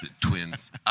twins